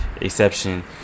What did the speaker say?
exception